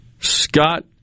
Scott